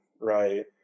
right